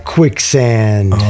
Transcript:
Quicksand